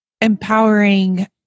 empowering